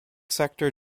sector